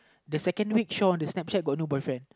the second week show on the Snapchat got no boyfriend